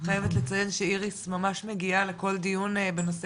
אני חייבת לציין שאיריס ממש מגיעה לכל דיון בנושא